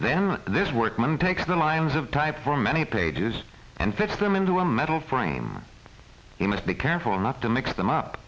then this workman takes the lines of type from many pages and fits them into a metal frame he must be careful not to mix them up